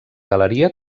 galeria